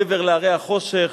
מעבר להרי החושך,